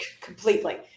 completely